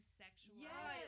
sexual